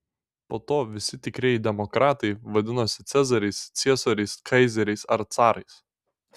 po to visi tikrieji demokratai vadinosi cezariais ciesoriais kaizeriais ar carais